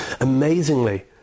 Amazingly